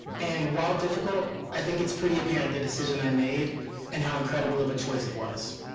and while difficult, i think it's pretty apparent the decision i made and how incredible of a choice it was.